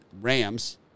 Rams